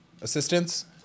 Assistance